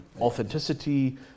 Authenticity